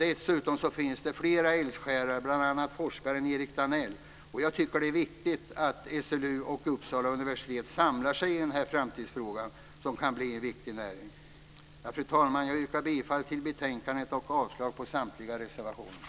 Dessutom finns där flera eldsjälar, bl.a. forskaren Erik Danell. Jag tycker att det är viktigt att SLU och Uppsala universitet samlar sig i denna framtidsfråga, som kan bli en viktig näring. Fru talman! Jag yrkar bifall till förslagen i betänkandet och avslag på samtliga reservationer.